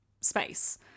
space